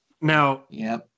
Now